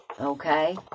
Okay